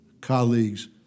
colleagues